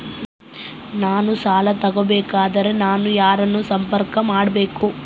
ನಾನು ಸಾಲ ತಗೋಬೇಕಾದರೆ ನಾನು ಯಾರನ್ನು ಸಂಪರ್ಕ ಮಾಡಬೇಕು?